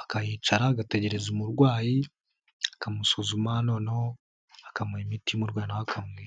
akahicara agategereza umurwayi akamusuzuma noneho akamuha imiti imurwayi nawe akamwishura.